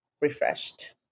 refreshed